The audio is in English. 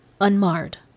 unmarred